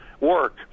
work